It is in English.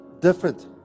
different